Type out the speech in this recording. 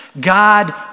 God